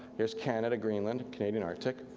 here's canada, greenland, canadian arctic.